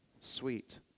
sweet